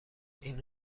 این